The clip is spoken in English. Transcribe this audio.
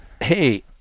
hey